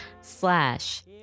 Slash